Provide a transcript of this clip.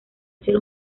ser